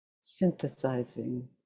synthesizing